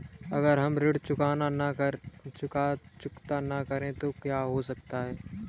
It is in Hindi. अगर हम ऋण चुकता न करें तो क्या हो सकता है?